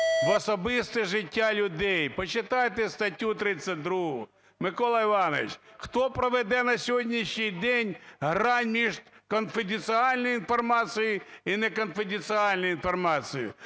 в особисте життя людей. Почитайте статтю 32. Микола Леонідович, хто проведе на сьогоднішній день грань між конфиденциальной інформацією і неконфиденциальной інформацією?